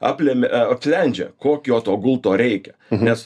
apleme e sledžia kokio to gulto reikia nes